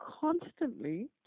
constantly